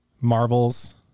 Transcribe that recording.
Marvel's